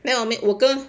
没有没我跟